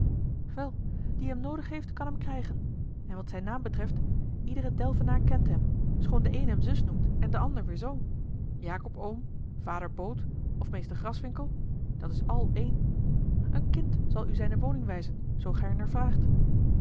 die hem noodig heeft kan hem krijgen en wat zijn naam betreft ieder delvenaar kent hem schoon de een hem zus noemt en de ander weer z jacob oom vader boot of meester graswinckel dat is al één een kind zal u zijne woning wijzen zoo gij er naar vraagt